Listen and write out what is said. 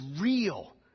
real